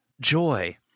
joy